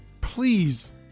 please